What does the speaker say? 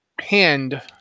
hand